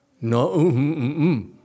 No